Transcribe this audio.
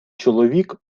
чоловік